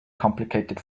complicated